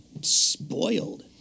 spoiled